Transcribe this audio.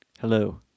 Hello